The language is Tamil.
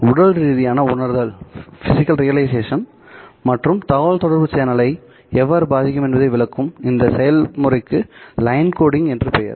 உடல் ரீதியான உணர்தல் மற்றும் இது தகவல்தொடர்பு சேனலை எவ்வாறு பாதிக்கும் என்பதை விளக்கும் இந்த செயல்முறைக்கு லைன் கோடிங் என்று பெயர்